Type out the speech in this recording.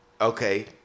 Okay